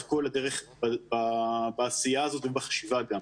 כל הדרך של בעשייה הזאת ובחשיבה גם.